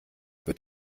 wird